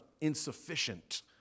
insufficient